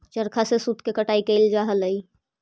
चरखा से सूत के कटाई कैइल जा हलई